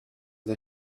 his